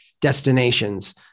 destinations